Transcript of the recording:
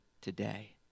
today